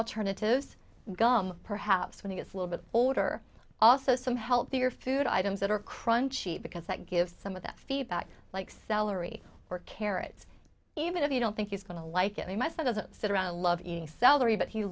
alternatives gum perhaps when it gets a little bit older also some healthier food items that are crunchy because that gives some of that feedback like celery or carrots even if you don't think he's going to like it he must that doesn't sit around love eating celery but he